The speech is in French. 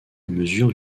mesure